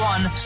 One